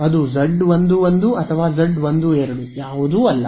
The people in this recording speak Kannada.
ಅದು Z 1 1 ಅಥವಾ Z 1 2 ಯವುದೂ ಅಲ್ಲ